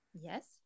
yes